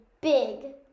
big